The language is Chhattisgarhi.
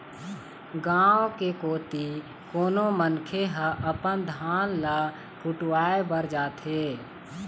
गाँव कोती कोनो मनखे ह अपन धान ल कुटावय बर जाथे